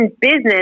business